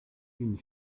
une